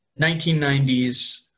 1990s